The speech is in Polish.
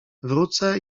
wrócę